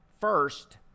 first